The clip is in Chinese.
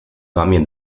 方面